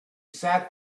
sat